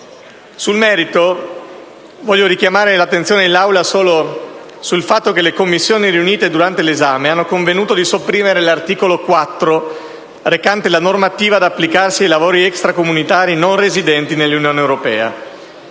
Sul merito voglio richiamare l'organizzazione dell'Aula solo sul fatto che le Commissioni riunite durante l'esame hanno convenuto di sopprimere l'articolo 4 recante la normativa da applicarsi ai lavoratori extracomunitari non residenti nell'Unione europea.